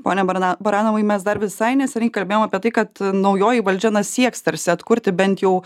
pone barana baranovai mes dar visai neseniai kalbėjom apie tai kad naujoji valdžia na sieks tarsi atkurti bent jau